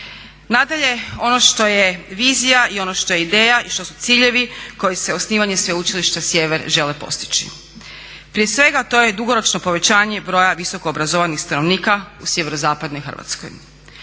Nadalje, ono što je vizija i ono što je ideja i što su ciljevi koji se osnivanjem sveučilišta sjever želi postići. Prije svega to je dugoročno povećanje broja visokoobrazovanih stanovnika u sjeverozapadnoj Hrvatskoj.